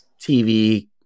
TV